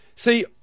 See